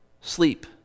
sleep